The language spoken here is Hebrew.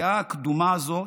הדעה הקדומה הזו,